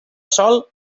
sòl